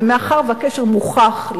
מאחר שהקשר למדיה מוכח,